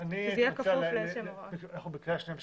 אנחנו בקריאה שנייה ושלישית?